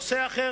נושא אחר